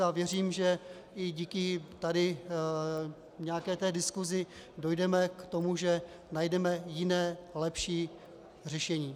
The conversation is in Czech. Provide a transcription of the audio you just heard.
A věřím, že i díky tady nějaké diskusi dojdeme k tomu, že najdeme jiné lepší řešení.